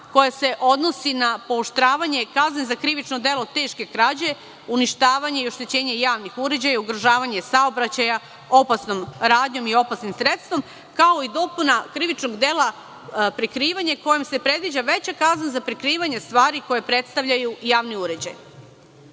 koja se odnosi na pooštravanje kazne za krivično delo teške krađe, uništavanje i oštećenje javnih uređaja i ugrožavanje saobraćaja opasnom radnjom i opasnim sredstvom, kao i dopuna krivičnog dela prikrivanja, kojom se predviđa veća kazna za prikrivanje stvari koje predstavljaju javni uređaji. Slažem